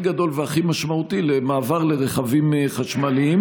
גדול והכי משמעותי למעבר לרכבים חשמליים,